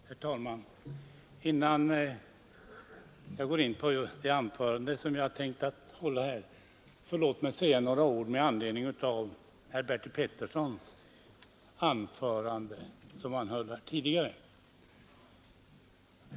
Herr talman! Innan jag går in på det anförande som jag tänkt hålla vill jag säga några ord med anledning av herr Bertil Peterssons i Nybro anförande, som han höll här tidigare.